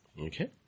Okay